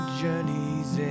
journey's